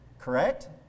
Correct